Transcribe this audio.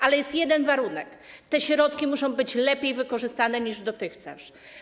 Ale jest jeden warunek: te środki muszą być lepiej wykorzystane niż dotychczas.